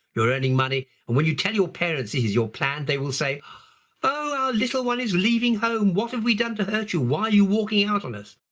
you're earning money, and when you tell your parents this is your plan, they will say oh our little one is leaving home, what have we done to hurt you? why are you walking out on us.